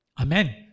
Amen